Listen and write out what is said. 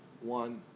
one